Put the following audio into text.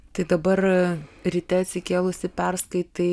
tai dabar ryte atsikėlusi perskaitai